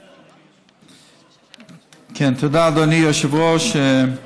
כן, תודה, אדוני היושב-ראש.